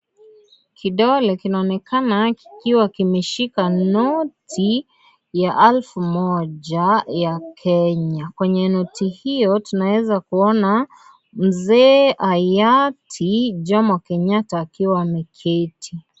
Kidole kinaonekana kikiwa kimeshika noti ya alfu moja ya Kenya, kwenye noti hiyo tunaeza kuona mzee hayati Jomo kenyatta akiwa ameketi.